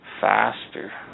faster